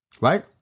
Right